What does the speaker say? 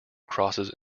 crosses